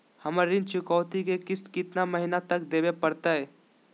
हमरा ऋण चुकौती के किस्त कितना महीना तक देवे पड़तई?